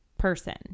person